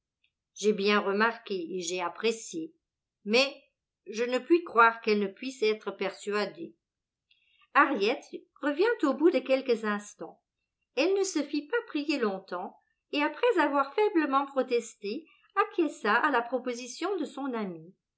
j'ai bien remarqué et j'ai apprécié mais je ne puis croire qu'elle ne puisse être persuadée harriet revint au bout de quelques instants elle ne se fit pas prier longtemps et après avoir faiblement protesté acquiesça à la proposition de son amie